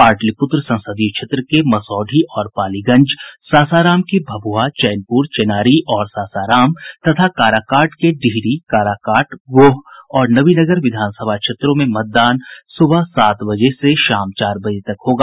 पाटलिपुत्र संसदीय क्षेत्र के मसौढ़ी और पालीगंज सासाराम के भभुआ चैनपुर चेनारी और सासाराम तथा काराकाट के डिहरी काराकाट गोह और नवीनगर विधानसभा क्षेत्रों में मतदान सुबह सात बजे से शाम चार बजे तक होगा